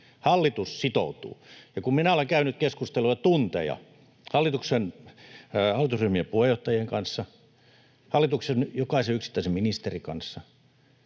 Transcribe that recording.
Hallitus sitoutuu. Kun minä olen käynyt keskustelua tunteja hallitusryhmien puheenjohtajien kanssa, hallituksen jokaisen yksittäisen ministerin kanssa,